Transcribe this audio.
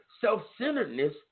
self-centeredness